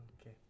Okay